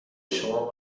شما